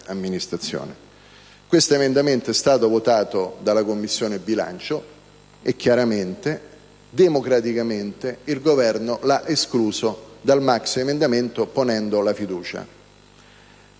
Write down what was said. Questo emendamento è stato votato dalla Commissione bilancio e democraticamente il Governo l'ha escluso dal maxiemendamento su cui